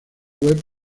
web